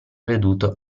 veduto